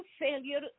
failure